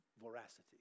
voracity